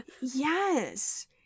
Yes